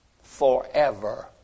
forever